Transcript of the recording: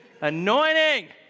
anointing